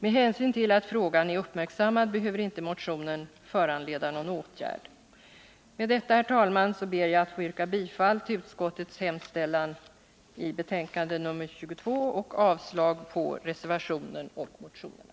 Med hänsyn till att frågan är uppmärksammad behöver motionen inte föranleda någon åtgärd. Med detta, herr talman, ber jag att få yrka bifall till utskottets hemställan i betänkande nr 22 och avslag på reservationen och motionerna.